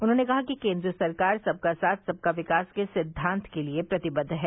उन्होंने कहा कि केंद्र सरकार सबका साथ सबका विकास के सिद्धांत के लिये प्रतिबद्व है